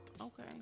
Okay